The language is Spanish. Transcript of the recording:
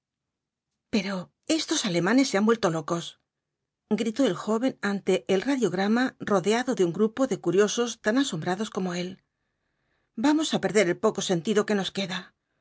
pero estos alemanes se han vuelto locos gritó el joven ante el radiograma rodeado de un grupo de curiosos tan asombrados como él vamos á perder el poco sentido que nos queda qué